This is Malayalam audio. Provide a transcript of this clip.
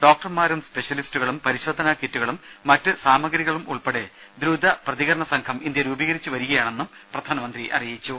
ഡോക്ടർമാരും സ്പെഷ്യലിസ്റ്റുകളും പരിശോധനാകിറ്റുകളും മറ്റ് സാമഗ്രികളുമുൾപ്പെട്ട ദ്രുത പ്രതികരണ സംഘം ഇന്ത്യ രൂപീകരിച്ചു വരികയാണെന്നും പ്രധാനമന്ത്രി അറിയിച്ചു